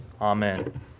Amen